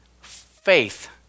Faith